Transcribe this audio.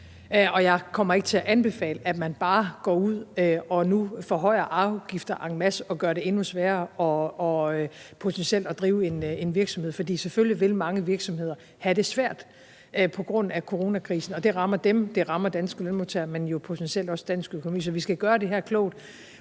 og jeg kommer ikke til at anbefale, at man bare nu går ud og forhøjer afgifterne en masse og potentielt gør det endnu sværere at drive en virksomhed, for selvfølgelig vil mange virksomheder have det svært på grund af coronakrisen. Den rammer dem, og den rammer danske lønmodtagere, men jo potentielt også dansk økonomi. Så vi skal gøre det her klogt.